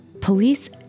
police